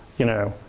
you know,